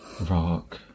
Rock